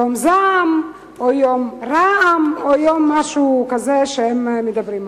יום זעם או יום רעם או יום משהו כזה שהם מדברים עליו.